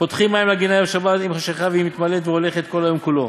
פותקין מים לגינה ערב שבת עם חשכה והיא מתמלאת והולכת כל היום כולו.